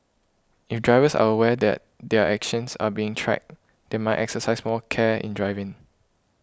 if drivers are aware that their actions are being tracked they might exercise more care in driving